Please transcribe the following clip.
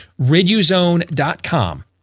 riduzone.com